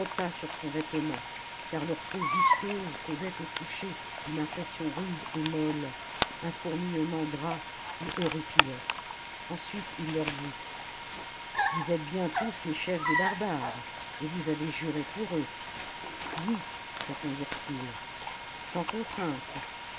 sur son vêtement car leur peau visqueuse causait au toucher une impression rude et molle un fourmillement gras qui horripilait ensuite il leur dit vous êtes bien tous les chefs des barbares et vous avez juré pour eux oui répondirent-ils sans contrainte